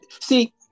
see